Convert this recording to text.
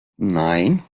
nein